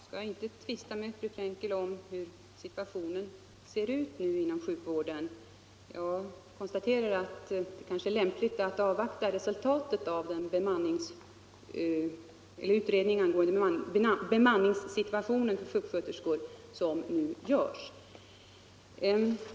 Fru talman! Jag skall inte tvista med fru Frenkel om hur situationen ser ut just nu inom sjukvården. Jag konstaterar att det kanske är lämpligt att avvakta resultatet av den utredning angående bemanningssituationen på sjuksköterskeområdet som nu görs.